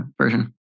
version